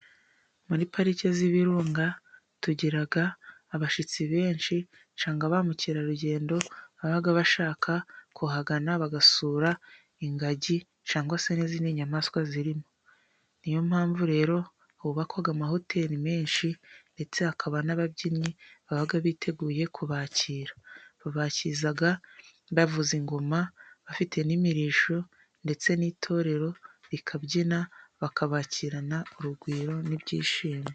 Muri pariki y'ibirunga tugira abashyitsi benshi, cyangwa ba Mukerarugendo baba bashaka kuhagana basura ingagi, cyangwa se n'izindi nyamaswa zirimo, niyo mpamvu rero hubakwa amahoteri menshi, ndetse haba n'ababyinnyi baba biteguye kubakira, babakira bavuza ingoma, bafite n'imirishyo, ndetse n'itorero ribyina, babakirana urugwiro n'ibyishimo.